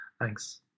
Thanks